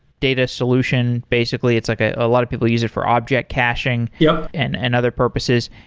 data solution basically. it's like a ah lot of people use it for object caching yeah and and other purposes,